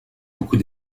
beaucoup